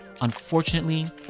Unfortunately